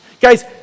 Guys